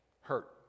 hurt